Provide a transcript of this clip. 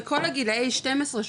בכל הגילאי 12-17,